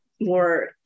more